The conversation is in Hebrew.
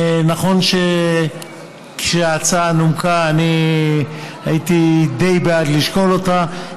נכון שכשההצעה נומקה אני הייתי די בעד לשקול אותה.